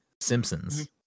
Simpsons